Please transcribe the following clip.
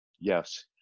Yes